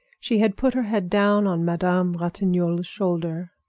she had put her head down on madame ratignolle's shoulder.